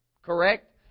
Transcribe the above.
correct